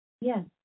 Yes